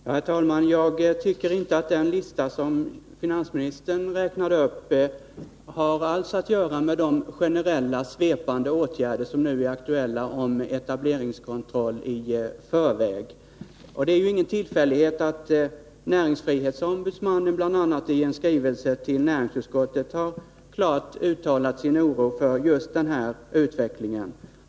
Herr talman! Jag tycker inte att den lista som finansministern föredrog har att göra med de generella, svepande åtgärder om etableringskontroll i förväg som nu är aktuella. Det är inte någon tillfällighet att näringsfrihetsombudsmannen, bl.a. i en skrivelse till näringsutskottet, klart har uttalat sin oro över just denna utveckling.